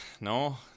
no